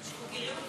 אנחנו מכירים אותך.